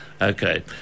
Okay